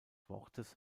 wortes